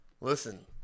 Listen